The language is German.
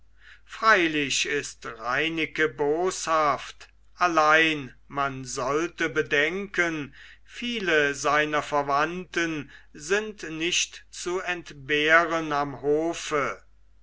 freilich ist reineke boshaft allein man sollte bedenken viele seiner verwandten sind nicht zu entbehren am hofe